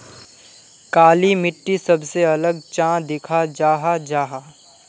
काली मिट्टी सबसे अलग चाँ दिखा जाहा जाहा?